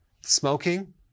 smoking